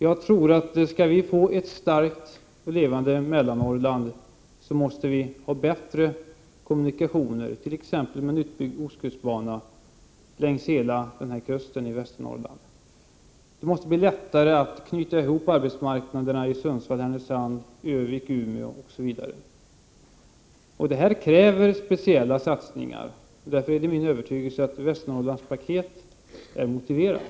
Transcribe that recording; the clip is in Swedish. Jag tror att skall vi ha ett starkt och levande Mellannorrland, måste vi ha bättre kommunikationer, t.ex. med en utbyggd ostkustbana längs hela Västernorrlands kust. Det måste bli lättare att knyta ihop arbetsmarknaderna i Sundsvall, Härnösand, Örnsköldsvik, Umeå osv. Detta kräver speciella satsningar, och därför är det min övertygelse att ett Västernorrlandspaket är motiverat.